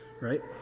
right